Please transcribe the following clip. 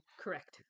Correct